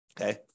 Okay